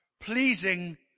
pleasing